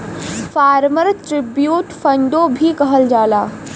farmer tribute फ़ंडो भी कहल जाला